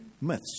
myths